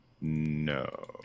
No